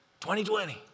2020